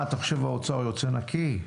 מה אתה חושב, האוצר יוצא נקי?